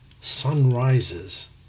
sunrises